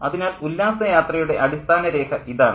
അതിനാൽ ഉല്ലാസ യാത്രയുടെ അടിസ്ഥാന രേഖ ഇതാണ്